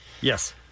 Yes